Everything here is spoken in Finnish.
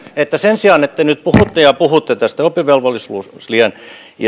että sen sijaan että te nyt puhutte ja puhutte tästä oppivelvollisuusiän